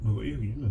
buat apa dia